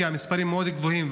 כי המספרים מאוד גבוהים.